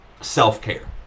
self-care